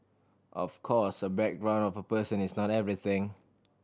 of course a background of a person is not everything